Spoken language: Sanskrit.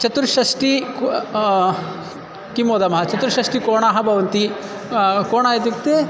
चतुःषष्ठिः किं वदामः चतुःषष्ठिः कोणाः भवन्ति कोणाः इत्युक्ते